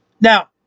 now